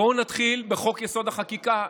בואו נתחיל בחוק-יסוד: החקיקה,